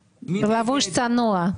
הוא היה מתווך צעיר עם חוש עסקי מעולה.